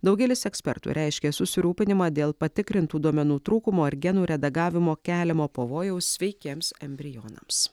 daugelis ekspertų reiškė susirūpinimą dėl patikrintų duomenų trūkumo ir genų redagavimo keliamo pavojaus sveikiems embrionams